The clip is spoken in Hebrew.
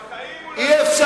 בחיים הוא לא,